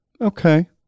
Okay